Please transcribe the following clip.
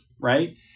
right